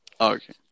Okay